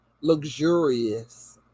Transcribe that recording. Luxurious